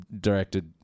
directed